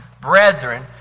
brethren